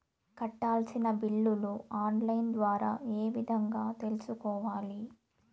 కట్టాల్సిన బిల్లులు online ద్వారా ఏ విధంగా తెలుసుకోవాలి?